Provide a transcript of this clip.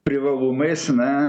privalumais na